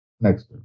Next